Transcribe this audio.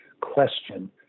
question